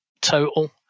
total